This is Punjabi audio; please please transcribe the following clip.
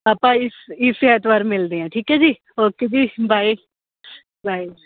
ਆਪਾਂ ਇਸ ਇਸ ਐਤਵਾਰ ਮਿਲਦੇ ਆ ਠੀਕ ਹੈ ਜੀ ਓਕੇ ਜੀ ਬਾਏ ਬਾਏ